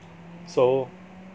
so